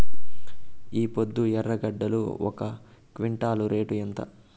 ఈపొద్దు ఎర్రగడ్డలు ఒక క్వింటాలు రేటు ఎంత?